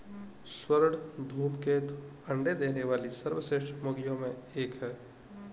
स्वर्ण धूमकेतु अंडे देने वाली सर्वश्रेष्ठ मुर्गियों में एक है